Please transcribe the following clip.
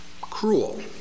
cruel